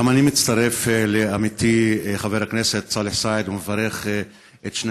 גם אני מצטרף לעמיתי חבר הכנסת סאלח סעד ומברך את שני